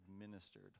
administered